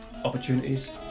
opportunities